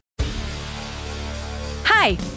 Hi